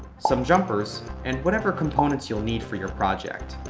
some jumpers, and whatever components you'll need for your project.